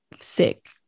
sick